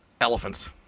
elephants